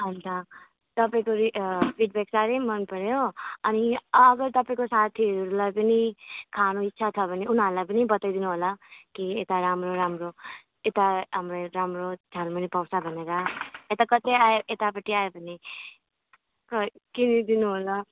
अन्त तपाईँको रे फिडब्याक साह्रै मनपऱ्यो अनि अगर तपाईँको साथीहरूलाई पनि खानु इच्छा छ भने उनीहरूलाई पनि बताइदिनु होला कि यता राम्रो राम्रो यता हाम्रो यता राम्रो झालमुरी पाउँछ भनेर यता कतै आयो यतापट्टि आयो भने क किनिदिनु होला